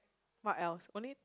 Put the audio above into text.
what else only